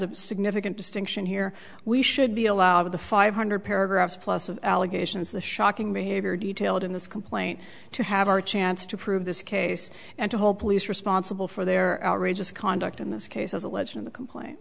a significant distinction here we should be allowed the five hundred paragraphs plus of allegations the shocking behavior detailed in this complaint to have our chance to prove this case and to hold police responsible for their outrageous conduct in this case as alleged in the complaint